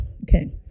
Okay